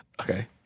Okay